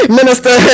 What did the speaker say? Minister